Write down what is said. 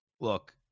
look